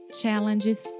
challenges